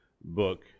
book